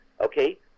okay